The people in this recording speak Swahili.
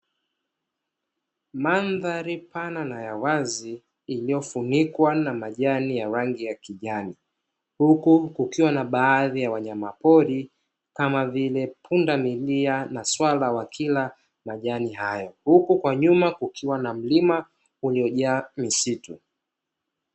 Mandhari pana na ya wazi iliyofunikwa na majani ya rangi ya kijani, huku kukiwa na baadhi ya wanyama pori kama vile Pundamilia na swala wakila majani hayo, huku kwa nyuma kukiwa na mlima uliojaa misitu.